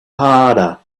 harder